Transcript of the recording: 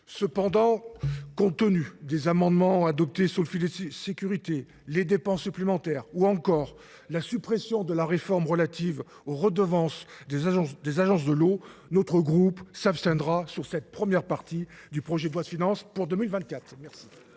Cependant, compte tenu des amendements adoptés sous le fil des Sécurité, les dépenses supplémentaires ou encore la suppression de la réforme relative aux redevances des agences de l'eau, notre groupe s'abstiendra sur cette première partie du projet de loi de finances pour 2024.